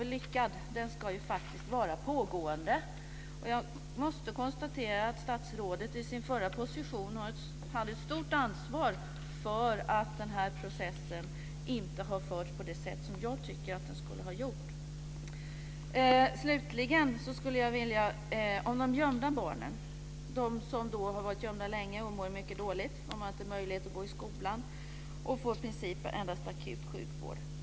En lyckad process är en pågående process. Jag konstaterar att statsrådet i sin förra position hade ett stort ansvar för att processen inte har förts så som jag tycker att den skulle ha förts. Slutligen har vi frågan om de barn som har varit gömda länge och som mår dåligt. De har inte möjlighet att gå i skolan, och de får i princip endast akut sjukvård.